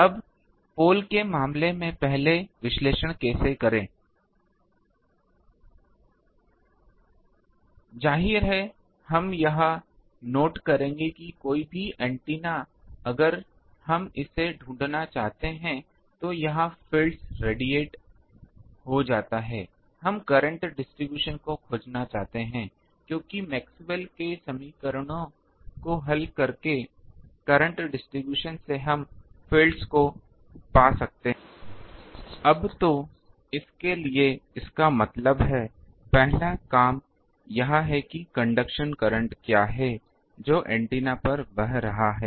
अब पोल के मामले में पहले विश्लेषण कैसे करें जाहिर है हम यह नोट करेंगे कि कोई भी एंटेना अगर हम इसे ढूंढना चाहते हैं तो यह फ़ील्ड्स रेडिएटेड हो जाता है हम करंट डिस्ट्रीब्यूशन को खोजना चाहते हैं क्योंकि मैक्सवेल के समीकरणों को हल करके करंट डिस्ट्रीब्यूशन से हम फ़ील्ड्स को पा सकते हैं अब तो इसके के लिए इसका मतलब है पहला काम यहाँ है की कंडक्शन करंट क्या है जो एंटीना पर बह रहा है